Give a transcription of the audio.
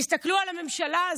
תסתכלו על הממשלה הזאת,